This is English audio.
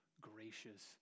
gracious